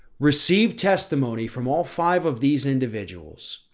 received testimony from all five of these individuals.